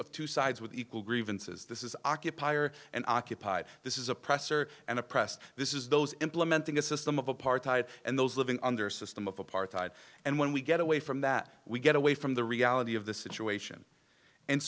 two sides with equal grievances this is occupier and occupied this is oppressor and oppressed this is those implementing a system of apartheid and those living under system of apartheid and when we get away from that we get away from the reality of the situation and